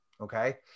Okay